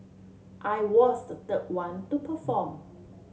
I was the third one to perform